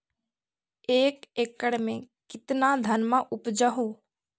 एक एकड़ मे कितना धनमा उपजा हू?